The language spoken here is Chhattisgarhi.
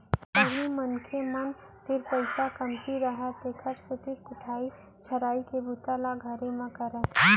पहिली मनखे मन तीर पइसा कमती रहय तेकर सेती कुटई छरई के बूता ल घरे म करयँ